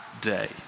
day